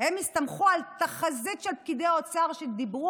הם הסתמכו על תחזית של פקידי אוצר שדיברו